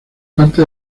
parte